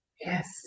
yes